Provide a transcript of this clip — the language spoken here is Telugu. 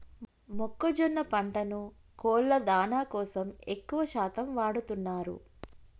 మొక్కజొన్న పంటను కోళ్ళ దానా కోసం ఎక్కువ శాతం వాడుతున్నారు